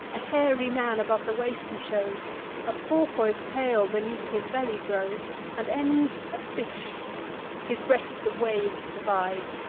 a hairy man above the waist he shows a porpoise tail beneath his belly grows and ends a fish his breast the waves divides,